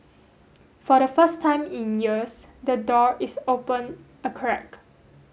for the first time in years the door is open a crack